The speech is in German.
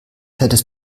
hättest